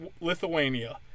Lithuania